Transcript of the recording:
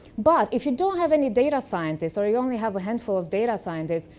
but if you don't have any data scientists or you only have a handful of data scientists,